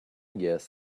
guess